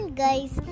guys